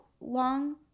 long